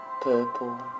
purple